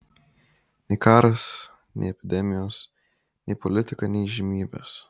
nei karas nei epidemijos nei politika nei įžymybės